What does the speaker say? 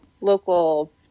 local